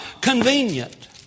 Convenient